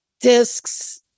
Discs